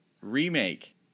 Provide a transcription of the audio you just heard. remake